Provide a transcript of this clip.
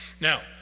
Now